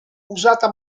usata